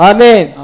Amen